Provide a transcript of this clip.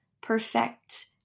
perfect